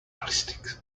realistic